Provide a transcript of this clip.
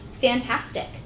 fantastic